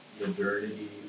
modernity